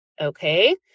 okay